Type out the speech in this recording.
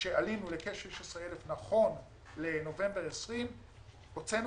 - עלינו לכ-16,000 נכון לנובמבר 2020. הוצאנו